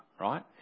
right